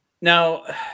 Now